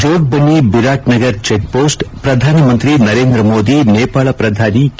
Jogbani Biratnagar check post ಪ್ರಧಾನಮಂತ್ರಿ ನರೇಂದ್ರ ಮೋದಿ ನೇಪಾಳ ಪ್ರಧಾನಿ K